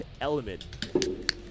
Element